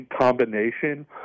combination